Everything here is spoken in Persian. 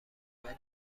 ولی